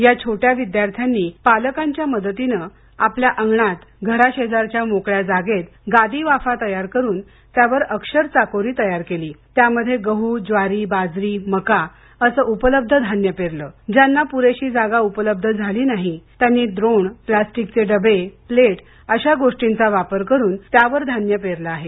या छोट्या विद्यार्थ्यांनी पालकांच्या मदतीनं आपल्या अंगणात घराशेजारच्या मोकळ्या जागेत गादी वाफा तयार करुन त्यावर अक्षर चाकोरी तयार केली त्यामध्ये गह् ज्वारी बाजरी मका असं उपलब्ध धान्य पेरलं ज्यांना प्रेशी जागा उपलब्ध झाली नाही त्यांनी द्रोण प्लास्टिक डबे प्लेट वगैरेचा वापर करुन त्यावर धान्य पेरलं आहे